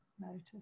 notice